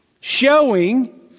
showing